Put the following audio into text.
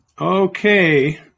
Okay